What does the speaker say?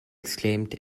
exclaimed